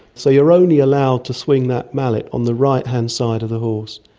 so you are only allowed to swing that mallet on the right-hand side of the horse,